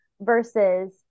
versus